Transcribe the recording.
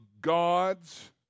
God's